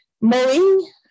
Mowing